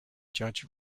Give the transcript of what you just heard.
judge